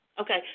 Okay